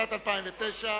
התשס"ט 2009?